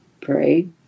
Pray